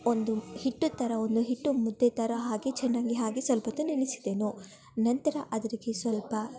ಒಂದು ಹಿಟ್ಟು ಥರ ಒಂದು ಹಿಟ್ಟು ಮುದ್ದೆ ಥರ ಹಾಗೆ ಚೆನ್ನಾಗಿ ಹಾಗೆ ಸ್ವಲ್ಪೊತ್ತು ನೆನೆಸಿದೆನು ನಂತರ ಅದರಿಗೆ ಸ್ವಲ್ಪ